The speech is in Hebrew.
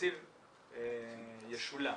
התקציב ישולם.